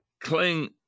Cling